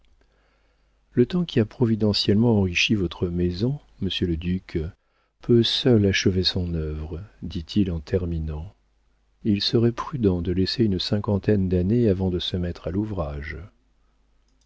le temps qui a providentiellement enrichi votre maison monsieur le duc peut seul achever son œuvre dit-il en terminant il serait prudent de laisser une cinquantaine d'années avant de se mettre à l'ouvrage